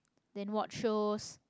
then watch shows